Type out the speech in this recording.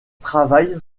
travail